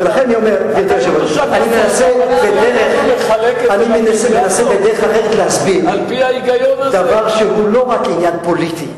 אני מנסה בדרך אחרת להסביר דבר שהוא לא רק עניין פוליטי,